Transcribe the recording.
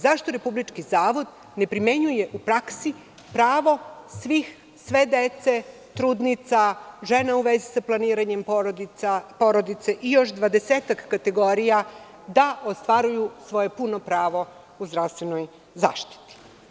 Zašto Republički zavod ne primenjuje u praksi pravo sve dece, trudnica, žena u vezi sa planiranjem porodice i još 20-ak kategorija da ostvaruju svoje puno pravo u zdravstvenoj zaštiti?